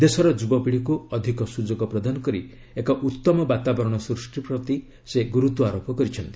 ଦେଶର ଯୁବପିଢ଼ିକୁ ଅଧିକ ସୁଯୋଗ ପ୍ରଦାନ କରି ଏକ ଉତ୍ତମ ବାତାବରଣ ସୃଷ୍ଟି ପ୍ରତି ସେ ଗୁରୁତ୍ୱାରୋପ କରିଛନ୍ତି